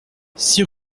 six